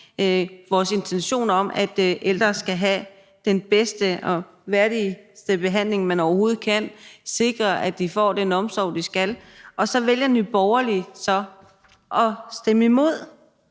vores intentioner om, at ældre skal have den bedste og mest værdige behandling, man overhovedet kan få, og at vi kan sikre, at de får den omsorg, de skal have. Og så vælger Nye Borgerlige at stemme imod